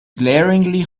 glaringly